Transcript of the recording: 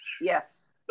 Yes